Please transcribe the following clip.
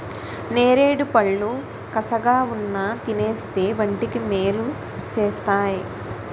నేరేడుపళ్ళు కసగావున్నా తినేస్తే వంటికి మేలు సేస్తేయ్